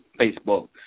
Facebook